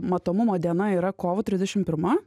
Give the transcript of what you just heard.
matomumo diena yra kovo trisdešim pirma